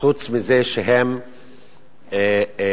חוץ מזה שהם ערבים,